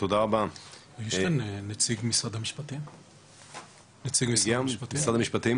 של כל הגופים שיושבים וחמ"ל מסודר ויודעים כל אחד לתת את